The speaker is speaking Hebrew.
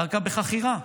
קרקע בחכירה.